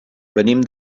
venim